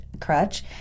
Crutch